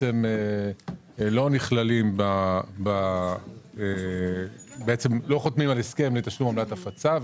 לא חותמים על הסכם לתשלום עמלת הפצה.